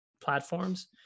platforms